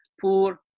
poor